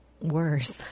Worse